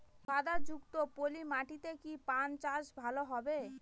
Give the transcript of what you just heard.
কাদা যুক্ত পলি মাটিতে কি পান চাষ ভালো হবে?